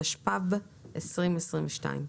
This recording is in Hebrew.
התשפ"ב-2022.